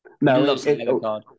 No